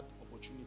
opportunity